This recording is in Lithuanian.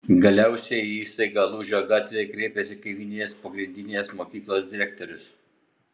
galiausiai į įstaigą lūžio gatvėje kreipiasi kaimyninės pagrindinės mokyklos direktorius